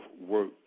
work